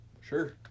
Sure